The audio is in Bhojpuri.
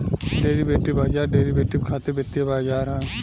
डेरिवेटिव बाजार डेरिवेटिव खातिर वित्तीय बाजार ह